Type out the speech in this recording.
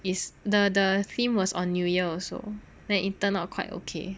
is the the theme was on new year also then it turned out quite okay